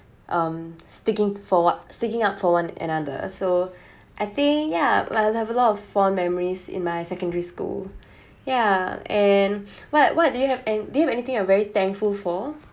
um sticking for what sticking up for one another so I think ya I have a lot of fond memories in my secondary school ya and what what do you have and do you have anything you are very thankful for